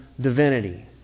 divinity